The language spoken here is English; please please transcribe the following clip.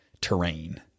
terrain